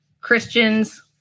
Christians